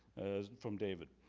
from david.